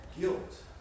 guilt